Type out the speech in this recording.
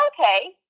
okay